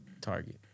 Target